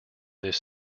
this